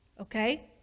Okay